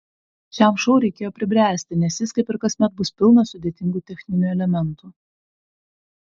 šiam šou reikėjo pribręsti nes jis kaip ir kasmet bus pilnas sudėtingų techninių elementų